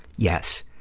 yes,